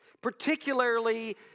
particularly